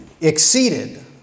exceeded